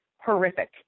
horrific